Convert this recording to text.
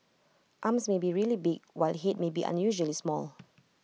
arms may be really big while Head may be unusually small